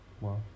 wow